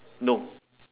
no